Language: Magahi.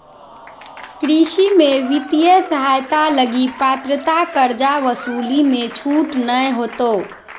कृषि में वित्तीय सहायता लगी पात्रता कर्जा वसूली मे छूट नय होतो